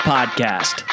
Podcast